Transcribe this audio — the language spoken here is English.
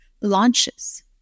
launches